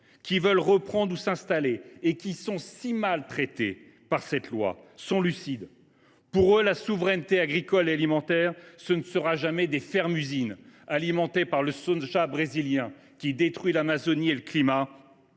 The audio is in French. qui veulent reprendre ou s’installer et qui sont si mal traités par cette loi, sont lucides. Pour eux, la souveraineté agricole et alimentaire, ce ne seront jamais des fermes usines alimentées par du soja brésilien qui détruit l’Amazonie et le climat